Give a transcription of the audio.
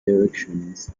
directions